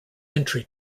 entry